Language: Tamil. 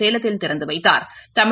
சேலத்தில் திறந்து வைத்தாா்